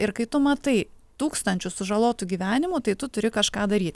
ir kai tu matai tūkstančius sužalotų gyvenimų tai tu turi kažką daryti